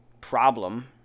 problem